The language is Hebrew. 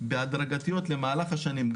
בהדרגתיות למהלך השנים,